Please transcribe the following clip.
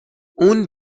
اون